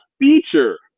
feature